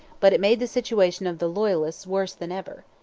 but it made the situation of the loyalists worse than ever.